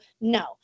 no